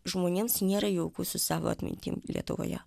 žmonėms nėra jauku su savo atmintim lietuvoje